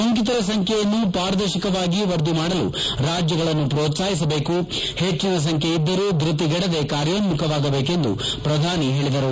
ಸೋಂಕಿತರ ಸಂಖ್ಯೆಯನ್ನು ಪಾರದರ್ಶಕವಾಗಿ ವರದಿ ಮಾಡಲು ರಾಜ್ವಗಳನ್ನು ಪೋತ್ಸಾಹಿಸಬೇಕು ಹೆಚ್ಚಿನ ಸಂಖ್ಯೆ ಇದ್ದರೂ ಧ್ವತಿಗೆಡದೆ ಕಾರ್ಯೋನ್ನುಖವಾಗಬೇಕೆಂದು ಎಂದು ಪ್ರಧಾನಿ ಹೇಳಿದರು